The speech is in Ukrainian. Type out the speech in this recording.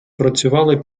працювали